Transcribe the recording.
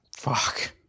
Fuck